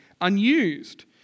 unused